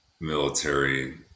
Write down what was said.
military